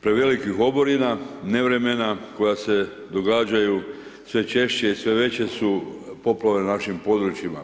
prevelikih oborina, nevremena koja se događaju, sve češće i sve veće su poplave na našim područjima.